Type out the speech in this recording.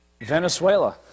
Venezuela